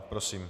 Prosím.